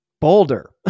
Boulder